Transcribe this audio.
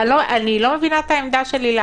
העמדה של לילך.